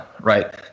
Right